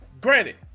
granted